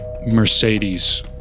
Mercedes